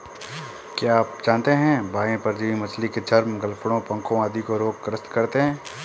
क्या आप जानते है बाह्य परजीवी मछली के चर्म, गलफड़ों, पंखों आदि को रोग ग्रस्त करते हैं?